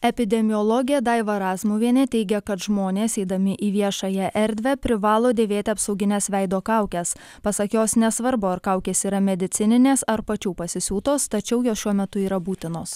epidemiologė daiva razmuvienė teigia kad žmonės eidami į viešąją erdvę privalo dėvėti apsaugines veido kaukes pasak jos nesvarbu ar kaukės yra medicininės ar pačių pasisiūtos tačiau jos šiuo metu yra būtinos